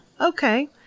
okay